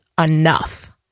enough